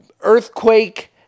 earthquake